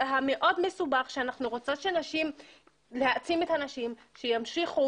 המאוד מסובך שאנחנו רוצות להעצים את הנשים שימשיכו